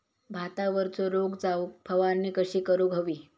भातावरचो रोग जाऊक फवारणी कशी करूक हवी?